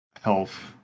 health